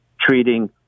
treating